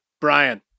Brian